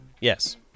yes